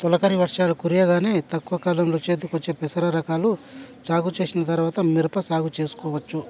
తొలకరి వర్షాలు కురవగానే తక్కువ కాలంలో చేతికి వచ్చే పెసర రకాలు సాగు చేసిన తరువాత మిరప సాగు చేసుకోవచ్చు